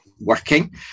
working